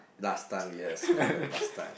last time yes correct last time